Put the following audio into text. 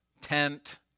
tent